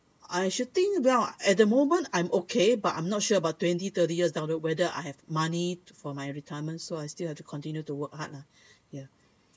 I should think well at the moment I'm okay but I'm not sure about twenty thirty years after whether I have money for my retirement so I still have to continue to work hard lah ya